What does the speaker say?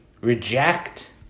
reject